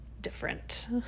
different